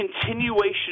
continuation